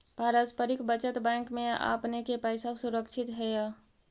पारस्परिक बचत बैंक में आपने के पैसा सुरक्षित हेअ